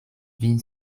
vin